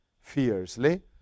fiercely